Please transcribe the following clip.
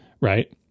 right